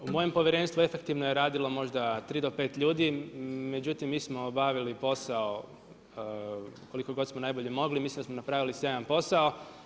U mojem povjerenstvu efektivno je radilo možda tri do pet ljudi, međutim mi smo obavili posao koliko god smo najbolje mogli, mislim da smo napravili sjajan posao.